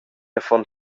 affon